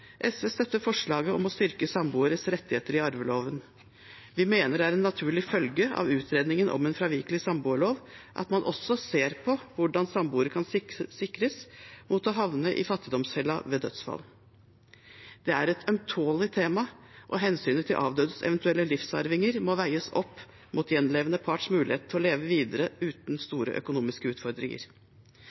SV støtter forslaget om å styrke samboeres rettigheter i arveloven. Vi mener det er en naturlig følge av utredningen om en fravikelig samboerlov at man også ser på hvordan samboere kan sikres mot å havne i fattigdomsfella ved dødsfall. Det er et ømtålig tema, og hensynet til avdødes eventuelle livsarvinger må veies opp mot gjenlevende parts mulighet til å leve videre uten store økonomiske utfordringer.